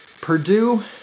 Purdue